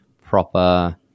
proper